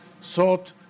sought